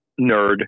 nerd